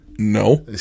no